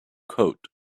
coat